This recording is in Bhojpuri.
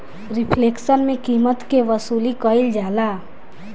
रिफ्लेक्शन में कीमत के वसूली कईल जाला